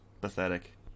pathetic